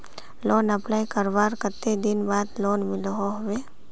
Loan apply करवार कते दिन बाद लोन मिलोहो होबे?